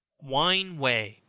wine whey.